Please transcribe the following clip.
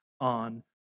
on